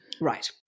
Right